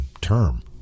term